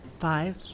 Five